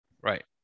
Right